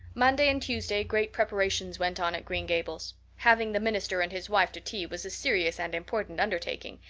monday and tuesday great preparations went on at green gables. having the minister and his wife to tea was a serious and important undertaking,